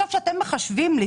כשאתם מחשבים לי